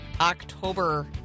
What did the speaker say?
October